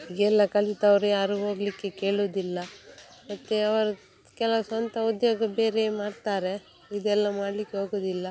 ಈಗೆಲ್ಲ ಕಲಿತವರು ಯಾರೂ ಹೋಗಲಿಕ್ಕೆ ಕೇಳುದಿಲ್ಲ ಮತ್ತು ಅವರು ಕೆಲವು ಸ್ವಂತ ಉದ್ಯೋಗ ಬೇರೆ ಮಾಡ್ತಾರೆ ಇದೆಲ್ಲ ಮಾಡ್ಲಿಕ್ಕೆ ಹೋಗುವುದಿಲ್ಲ